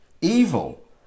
evil